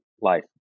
life